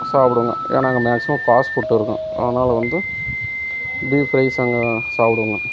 சாப்பிடுவோங்க ஏன்னால் அங்கே maximum fast food இருக்கும் அதனால் வந்து பீஃப் ஃப்ரைஸு அங்கே சாப்பிடுவோங்க